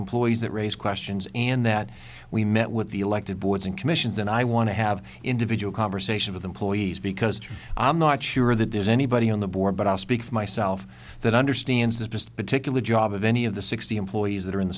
employees that raise questions and that we met with the elected boards and commissions and i want to have individual conversation with employees because i'm not sure that there's anybody on the board but i'll speak for myself that understands that just but to kill a job of any of the sixty employees that are in the